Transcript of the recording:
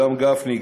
גם גפני,